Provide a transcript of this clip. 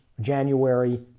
January